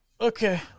Okay